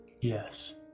Yes